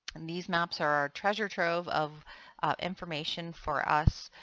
and these maps are treasure trove of information for us.